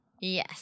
Yes